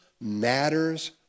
matters